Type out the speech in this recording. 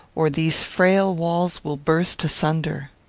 or these frail walls will burst asunder.